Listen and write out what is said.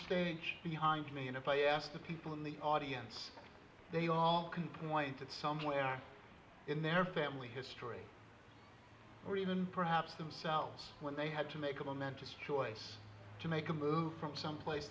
stage behind me and if i asked the people in the audience they all can point to somewhere in their family history or even perhaps themselves when they had to make a momentous choice to make a move from someplace